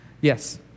yes